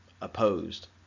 opposed